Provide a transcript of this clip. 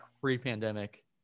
Pre-pandemic